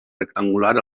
rectangular